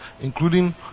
Including